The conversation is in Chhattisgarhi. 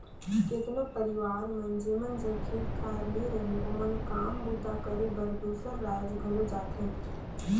केतनो परिवार मन जेमन जग खेत खाएर नी रहें ओमन काम बूता करे बर दूसर राएज घलो जाथें